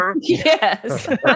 Yes